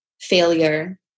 failure